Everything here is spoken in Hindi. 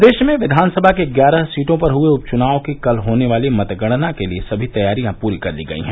प्रदेश में विधानसभा की ग्यारह सीटों पर हुए उप चुनाव की कल होने वाली मतगणना के लिए सभी तैयारियां पूरी कर ली गयी हैं